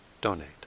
donate